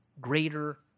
greater